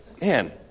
man